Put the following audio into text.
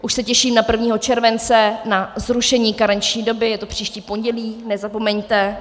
Už se těším na 1. července na zrušení karenční doby, je to příští pondělí, nezapomeňte.